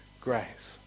grace